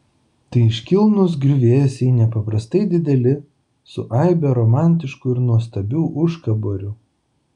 tai iškilnūs griuvėsiai nepaprastai dideli su aibe romantiškų ir nuostabių užkaborių